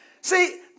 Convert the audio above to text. See